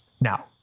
Now